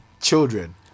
children